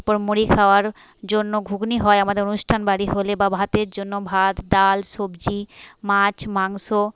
তারপর মুড়ি খাওয়ার জন্য ঘুগনি হয় আমাদের অনুষ্ঠান বাড়ি হলে বা ভাতের জন্য ভাত ডাল সবজি মাছ মাংস